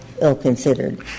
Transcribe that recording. ill-considered